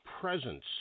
presence